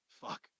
fuck